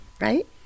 Right